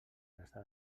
resta